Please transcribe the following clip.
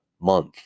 month